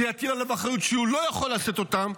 זה יטיל אחריות שהוא לא יכול לשאת אותה.